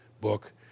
book